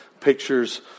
pictures